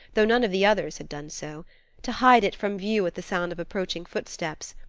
though none of the others had done so to hide it from view at the sound of approaching footsteps.